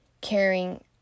caring